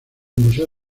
museo